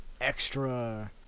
extra